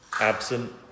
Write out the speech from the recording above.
absent